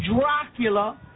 Dracula